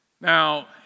Now